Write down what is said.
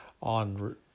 on